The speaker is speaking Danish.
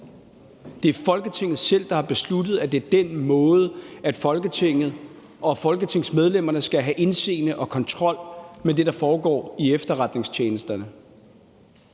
Det er Folketinget selv, der har besluttet, at det er den måde, hvorpå Folketinget og folketingsmedlemmerne skal have indseende og kontrol med det, der foregår i efterretningstjenesterne.